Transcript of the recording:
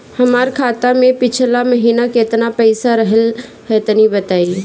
हमार खाता मे पिछला महीना केतना पईसा रहल ह तनि बताईं?